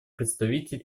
представитель